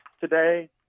today